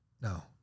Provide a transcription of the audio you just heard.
no